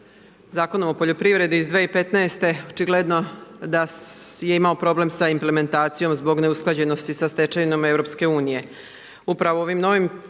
Zakonom o poljoprivredi iz 2015. očigledno da je imao problem sa implementacijom zbog neusklađenosti sa stečevinom EU-a.